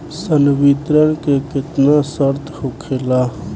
संवितरण के केतना शर्त होखेला?